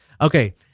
Okay